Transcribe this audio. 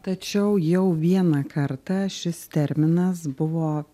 tačiau jau vieną kartą šis terminas buvo